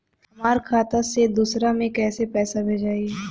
हमरा खाता से दूसरा में कैसे पैसा भेजाई?